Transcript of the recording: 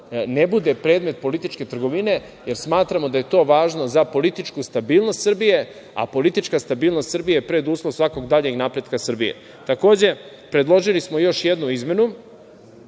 ne bude predmet političke trgovine, jer smatramo da je to važno za političku stabilnost Srbije, a politička stabilnost Srbije je preduslov svakog daljeg napretka Srbije. Takođe, predložili smo još jednu izmenu